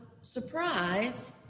surprised